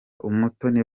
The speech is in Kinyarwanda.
umutoni